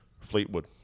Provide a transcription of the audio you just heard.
Fleetwood